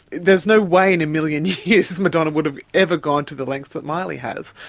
there's no way in a million years madonna would have ever gone to the lengths that miley has.